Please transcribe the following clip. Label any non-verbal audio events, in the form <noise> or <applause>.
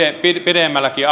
pidemmälläkin <unintelligible>